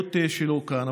מהפעילות שלו כאן.